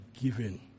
given